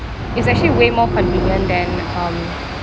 it's actually way more convenient than um